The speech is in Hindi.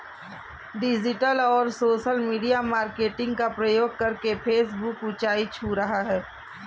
डिजिटल और सोशल मीडिया मार्केटिंग का प्रयोग करके फेसबुक ऊंचाई छू रहा है